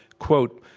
quote,